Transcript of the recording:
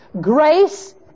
Grace